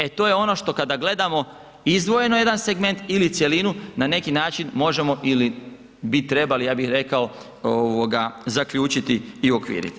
E to je ono što kada gledamo izdvojeno jedan segment ili cjelinu na neki način možemo ili bi trebali ja bih rekao zaključiti i uokviriti.